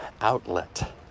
outlet